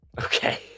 Okay